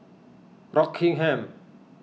Rockingham